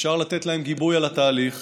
אפשר לתת להם גיבוי על התהליך